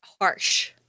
harsh